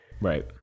right